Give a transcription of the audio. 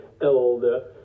Elder